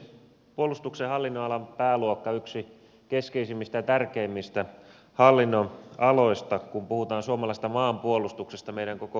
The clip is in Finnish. puolustuksen hallinnonalan pääluokka on yksi keskeisimmistä ja tärkeimmistä hallinnonaloista kun puhutaan suomalaisesta maanpuolustuksesta meidän koko turvallisuutemme kannalta